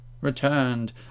returned